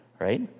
right